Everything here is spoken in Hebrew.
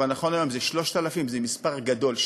אבל נכון להיום זה 3,000. זה מספר גדול.